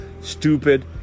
stupid